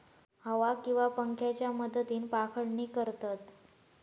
हवा किंवा पंख्याच्या मदतीन पाखडणी करतत